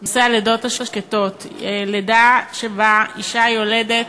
נושא הלידות השקטות, לידה שבה אישה יולדת,